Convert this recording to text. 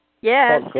Yes